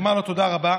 לומר לו תודה רבה,